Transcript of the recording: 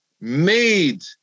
made